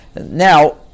Now